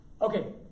Okay